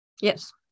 Yes